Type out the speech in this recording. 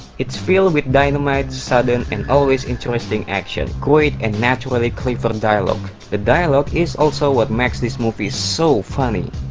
it's filled with dynamite, sudden and always interesting action. great and naturally clever dialogue. the dialogue is also what makes this movie so funny.